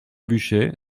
bûcher